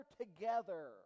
together